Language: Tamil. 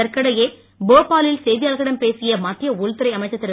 இதற்கிடையே போபாலில் செய்தியாளர்களிடம் பேசிய மத்திய உள்துறை அமைச்சர் திரு